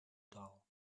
doll